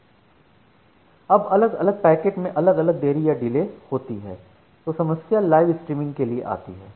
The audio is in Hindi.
अब अगर अलग अलग पैकेट में अलग अलग देरी या डिले होती है तो समस्या लाइव स्ट्रीमिंग के लिए आती है